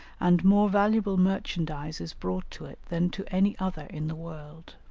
and more valuable merchandise is brought to it than to any other in the world.